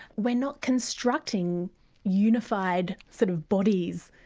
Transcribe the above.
we're not constructing unified sort of bodies?